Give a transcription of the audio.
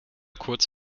kurz